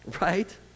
right